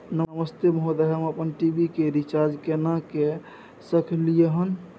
नमस्ते महोदय, हम अपन टी.वी के रिचार्ज केना के सकलियै हन?